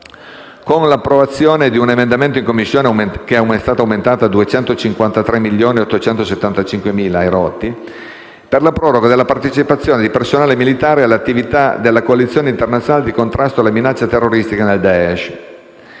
con l'approvazione di un emendamento in Commissione è aumentata a oltre 253.875 milioni di euro - per la proroga della partecipazione di personale militare alle attività della coalizione internazionale di contrasto alla minaccia terroristica del Daesh.